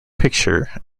picture